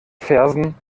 versen